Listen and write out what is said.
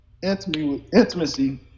intimacy